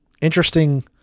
interesting